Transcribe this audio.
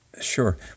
Sure